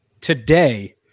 today